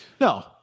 No